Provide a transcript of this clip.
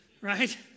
right